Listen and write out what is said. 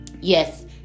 yes